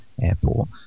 Airport